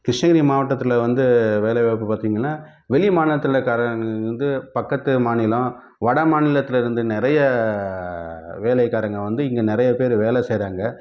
கிருஷ்ணகிரி மாவட்டத்தில் வந்து வேலைவாய்ப்பு பார்த்திங்கன்னா வெளி மாநிலத்துலக்காரங்க வந்து பக்கத்து மாநிலம் வடமாநிலத்துலேருந்து நிறைய வேலைக்காரங்க வந்து இங்கே நிறைய பேர் வேலை செய்கிறாங்க